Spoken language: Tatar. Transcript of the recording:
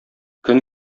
көн